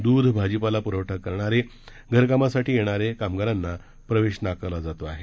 दूध भाजीपाला पुरवठा करणारे घरकामासाठी येणारे कामगारांना प्रवेश नाकारला जातो आहे